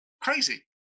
Crazy